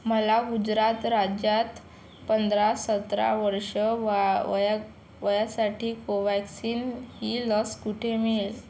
मला गुजरात राज्यात पंधरा सतरा वर्ष वा वया वयासाठी कोव्हॅक्सिन ही लस कुठे मिळेल